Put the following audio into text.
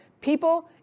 people